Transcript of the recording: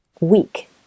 week